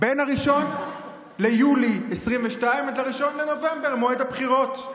מ-1 ביולי 2022 עד 1 בנובמבר, מועד הבחירות.